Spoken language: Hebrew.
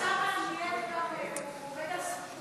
את זה